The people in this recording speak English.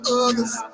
others